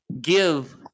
give